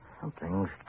Something's